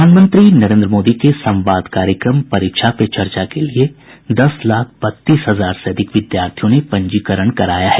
प्रधानमंत्री नरेन्द्र मोदी के संवाद कार्यक्रम परीक्षा पे चर्चा के लिए दस लाख बत्तीस हजार से अधिक विद्यार्थियों ने पंजीकरण कराया है